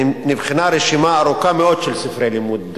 נבחנה רשימה ארוכה מאוד של ספרי לימוד,